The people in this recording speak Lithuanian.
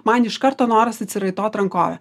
man iš karto noras atsiraitot rankovę